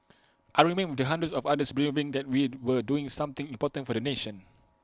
I remained with hundreds of others believing that we were doing something important for the nation